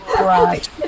Right